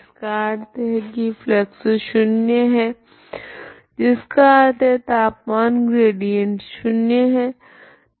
इसका अर्थ है की फ्लक्स शून्य है जिसका अर्थ है तापमान ग्रेडिएंट शून्य है